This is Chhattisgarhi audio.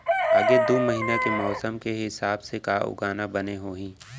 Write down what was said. आगे दू महीना के मौसम के हिसाब से का उगाना बने होही?